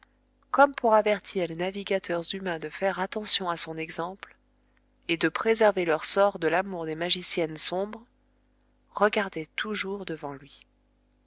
comme pour avertir les navigateurs humains de faire attention à son exemple et de préserver leur sort de l'amour des magiciennes sombres regardait toujours devant lui